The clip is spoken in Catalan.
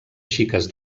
xiques